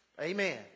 Amen